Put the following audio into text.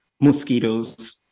mosquitoes